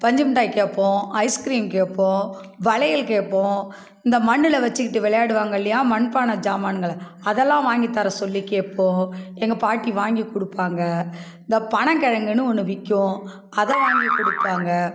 பஞ்சு முட்டாய் கேட்போம் ஐஸ்கிரீம் கேட்போம் வளையல் கேட்போம் இந்த மண்ணில் வச்சிக்கிட்டு விளையாடுவாங்கல்லையா மண்பானை ஜாமானுங்களை அதெலாம் வாங்கி தர சொல்லி கேட்போம் எங்கள் பாட்டி வாங்கி கொடுப்பாங்க இந்த பனங்கிழங்குனு ஒன்று விற்கும் அதை வாங்கி கொடுப்பாங்க